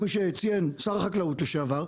כמו שציין שר החקלאות לשעבר,